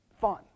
fun